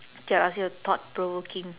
okay I'll ask you a thought provoking